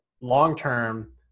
long-term